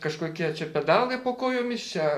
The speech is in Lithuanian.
kažkokie čia pedalai po kojomis čia